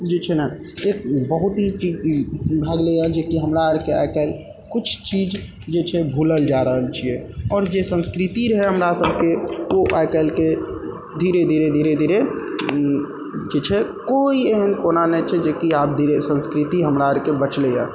जे छै ने एक बहुत ही चीज घर ले जाइ छियै कि हमरा आरके आइ काल्हि किछु चीज जे छियै भुलल जा रहल छियै आओर जे संस्कृति रहै हमरा सबके ओ आइ काल्हिके धीरे धीरे धीरे धीरे जे छै कोइ एहन कोना नहि छै जे कि आब धीरे संस्कृति हमरा आरके बचलैए